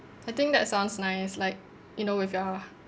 I think that sounds nice like you know with your